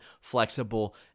flexible